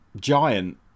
giant